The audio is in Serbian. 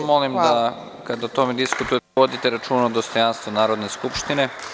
Samo vas molim da, kada o tome diskutujete, vodite računa o dostojanstvu Narodne skupštine.